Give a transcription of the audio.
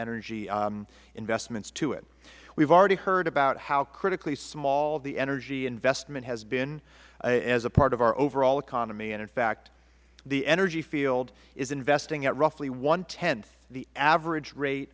energy investments to it we have already heard about how critically small the energy investment has been as a part of our overall economy and in fact the energy field is investing at roughly the average rate